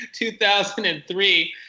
2003